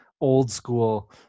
old-school